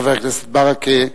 חבר הכנסת ברכה,